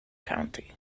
county